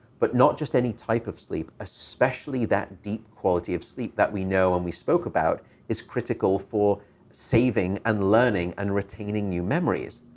but just any type of sleep. especially that deep quality of sleep that we know and we spoke about is critical for saving and learning and retaining new memories.